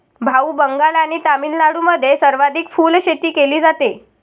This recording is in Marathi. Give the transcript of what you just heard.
भाऊ, बंगाल आणि तामिळनाडूमध्ये सर्वाधिक फुलशेती केली जाते